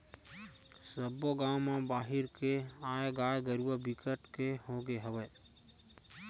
सब्बो गाँव म बाहिर के आए गाय गरूवा बिकट के होगे हवय